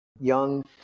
young